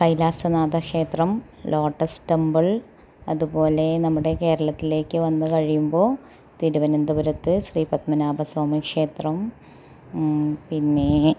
കൈലാസ നാഥ ക്ഷേത്രം lotus temple അതുപോലെ നമ്മുടെ കേരളത്തിലേക്ക് വന്ന് കഴിയുമ്പോൾ തിരുവനന്തപുരത്ത് ശ്രീ പത്മനാഭസ്വാമി ക്ഷേത്രം പിന്നെ